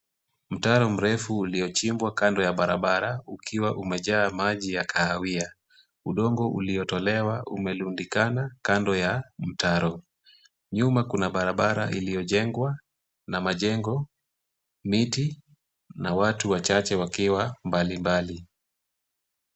Mtaro mrefu uliochimbwa kando ya barabara ukiwa umejaa maji ya kahawia. Udongo uliotolewa umerundikana kando ya mtaro. Nyuma kuna barabara iliyojengwa na majengo, miti na watu wachache wakiwa mbalimbali.